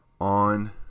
on